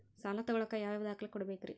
ಸಾಲ ತೊಗೋಳಾಕ್ ಯಾವ ಯಾವ ದಾಖಲೆ ಕೊಡಬೇಕ್ರಿ?